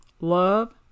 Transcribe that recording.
Love